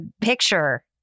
picture